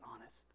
honest